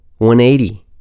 180